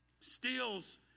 steals